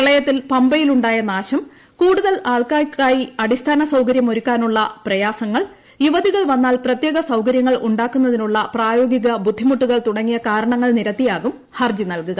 പ്രളയത്തിൽ പമ്പയിലുണ്ടായ നാശം കൂടുതൽ ആളുകൾക്കായി അടിസ്ഥാന സൌകരൃമൊരുക്കാനുള്ള പ്രയാസങ്ങൾ യുവതികൾ വന്നാൽ പ്രത്യേക സൌകര്യങ്ങൾ ഉണ്ടാക്കുന്നതിനുള്ള പ്രായോഗിക ബുദ്ധിമുട്ടുകൾ തുടങ്ങിയ കാരണങ്ങൾ നിരത്തിയാകും ഹർജി നൽകുക